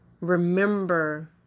remember